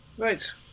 Right